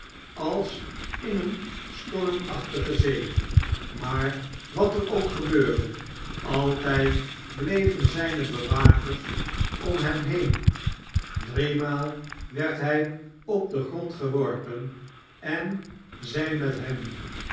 als in eene stormachtige zee maar wat er ook gebeurde altijd bleven zijne bewakers om hem heen driemaal werd hij op den grond geworpen en zij met hem